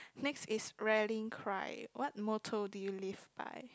next is rallying cry what motto do you live by